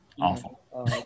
awful